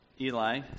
Eli